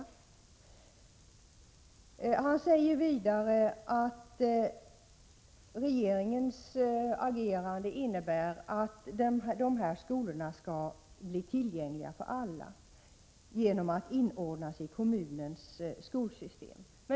Utbildningsministern säger vidare att regeringens agerande innebär att dessa skolor skall bli tillgängliga för alla genom att inordnas i kommunens skolsystem.